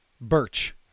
Birch